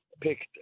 picked